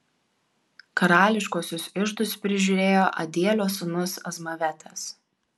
karališkuosius iždus prižiūrėjo adielio sūnus azmavetas